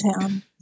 town